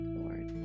Lord